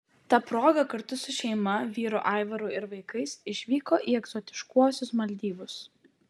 ta proga kartu su šeima vyru aivaru ir vaikais išvyko į egzotiškuosius maldyvus